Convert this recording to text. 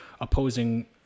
opposing